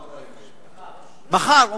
מחר.